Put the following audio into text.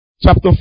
chapter